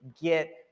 get